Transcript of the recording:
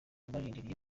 barindiriye